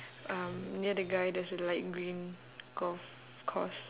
um near the guy there's a light green golf course